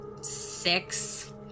six